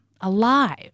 alive